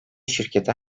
şirketi